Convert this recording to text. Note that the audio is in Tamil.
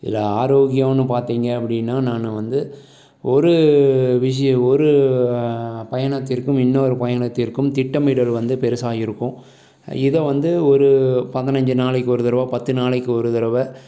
இதில் ஆரோக்கியன்னு பார்த்திங்க அப்படின்னா நான் வந்து ஒரு விஷ் ஒரு பயணத்திற்கும் இன்னொரு பயணத்திற்கும் திட்டமிடல் வந்து பெருசாக இருக்கும் இதை வந்து ஒரு பதினஞ்சி நாளைக்கு ஒரு தடவை பத்து நாளைக்கு ஒரு தடவை